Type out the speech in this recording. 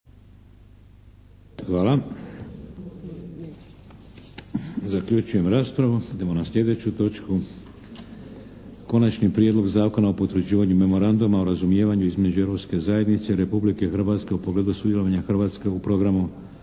Vladimir (HDZ)** Idem na sljedeću točku - Konačni prijedlog Zakona o potvrđivanju Memoranduma o razumijevanju Europske zajednice i Republike Hrvatske u pogledu sudjelovanja Hrvatske u programu